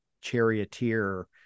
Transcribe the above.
charioteer